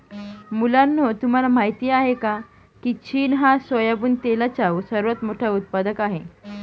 मुलांनो तुम्हाला माहित आहे का, की चीन हा सोयाबिन तेलाचा सर्वात मोठा उत्पादक आहे